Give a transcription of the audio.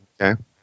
Okay